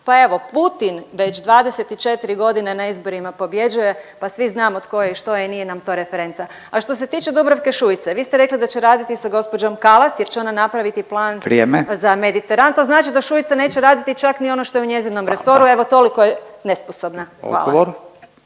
Pa evo Putin već 24 godine na izborima pobjeđuje pa svi znamo tko je i što je i nije nam to referenca. A što se tiče Dubravke Šuice vi ste rekli da će raditi sa gospođom Kalas jer će ona napraviti plan …/Upadica Radin: Vrijeme./… za Mediteran, to znači da Šuica neće raditi čak niti ono što je u njezinom resoru, evo toliko je nesposobna. Hvala.